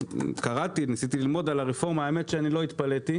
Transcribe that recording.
כשניסיתי ללמוד על הרפורמה לא התפלאתי